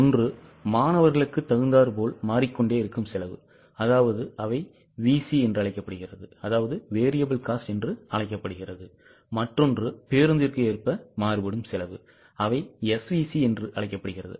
ஒன்று மாணவர்களுக்கு தகுந்தார் போல் மாறிக்கொண்டே இருக்கும் செலவு அவை VC என்று அழைக்கப்படுகிறது மற்றொன்று பேருந்திற்கு ஏற்ப மாறுபடும் செலவு அவை SVC என்று அழைக்கப்படுகிறது